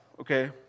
okay